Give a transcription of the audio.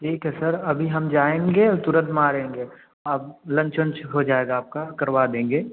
ठीक है सर अभी हम जाएँगे और तुरंत मारेंगे अब लंच वंच हो जाएगा आपका करवा देंगे